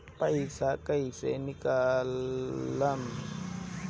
पैसा कैसे निकालम?